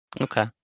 Okay